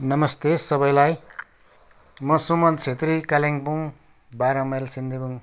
नमस्ते सबैलाई म सुमन छेत्री कालिम्पोङ बाह्र माइल सिन्देबुङ